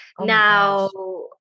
now